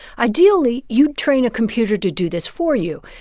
ideally, you'd train a computer to do this for you.